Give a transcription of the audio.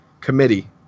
committee